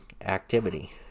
activity